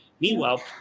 Meanwhile